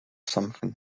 something